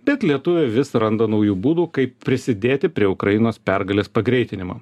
bet lietuviai vis randa naujų būdų kaip prisidėti prie ukrainos pergalės pagreitinimo